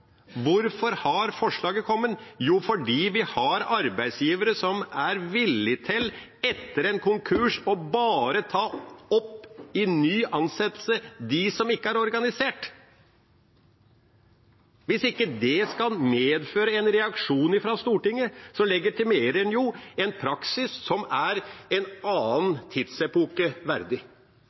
Hvorfor har forslaget kommet? Jo, fordi vi har arbeidsgivere som er villig til, etter en konkurs, å bare på ny ansette dem som ikke er organisert. Hvis ikke det skal medføre en reaksjon fra Stortinget, legitimerer man en praksis som er en annen tidsepoke verdig.